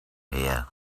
here